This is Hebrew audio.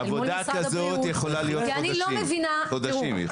עבודה כזאת יכולה להיות חודשים.